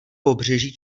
pobřeží